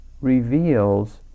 reveals